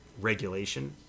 regulation